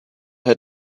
had